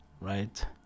right